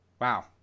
wow